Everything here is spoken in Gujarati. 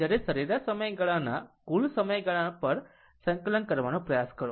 આમ જ્યારે સરેરાશ સમયગાળાના કુલ સમયગાળા પર સંકલન કરવાનો પ્રયાસ કરો